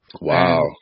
wow